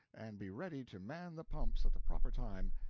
and be ready to man the pumps at the proper time,